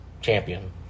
champion